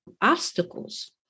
obstacles